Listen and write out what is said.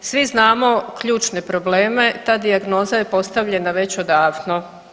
Svi znamo ključne probleme, ta dijagnoza je postavljena već odavno.